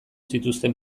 zituzten